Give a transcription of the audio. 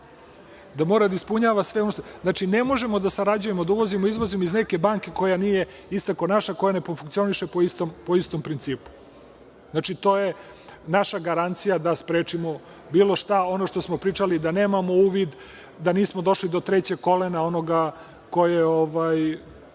da mora da ispunjava sve ono. Ne možemo da sarađujemo, da uvozimo – izvozimo iz neke banke koja nije ista kao naša, koja ne funkcioniše po istom principu. To je naša garancija da sprečimo bilo šta. Ono što smo pričali da nemamo uvid, da nismo došli do trećeg kolena onoga ko je